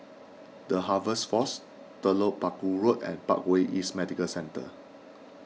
the Harvest force Telok Paku Road and Parkway East Medical Centre